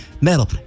metal